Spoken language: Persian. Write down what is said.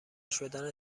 شدن